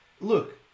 look